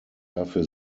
dafür